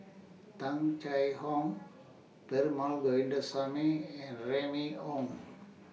Tung Chye Hong Perumal Govindaswamy and Remy Ong